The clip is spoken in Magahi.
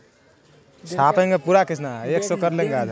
कृत्रिम चयन स अच्छा नस्लेर मवेशिक पालाल जा छेक